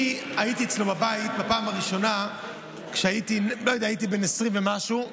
אני הייתי אצלו בבית בפעם הראשונה כשהייתי בן 20 ומשהו,